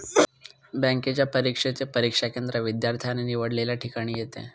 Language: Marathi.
बँकेच्या परीक्षेचे परीक्षा केंद्र विद्यार्थ्याने निवडलेल्या ठिकाणी येते